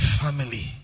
family